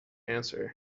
answer